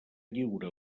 lliure